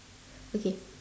okay